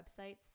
websites